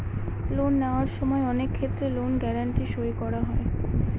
loan নেওয়ার সময় অনেক ক্ষেত্রে লোন গ্যারান্টি সই করা হয়